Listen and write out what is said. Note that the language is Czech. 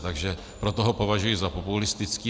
Takže proto ho považuji za populistický.